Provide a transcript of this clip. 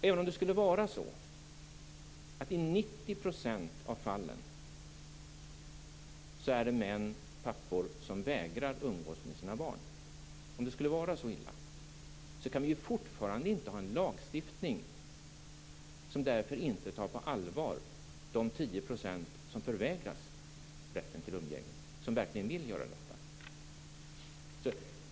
Även om det skulle vara så illa att det i 90 % av fallen är män, pappor, som vägrar att umgås med sina barn kan vi naturligtvis inte ha en lagstiftning som av det skälet inte tar de 10 % på allvar som förvägras rätten till umgänge, de som verkligen vill ha detta.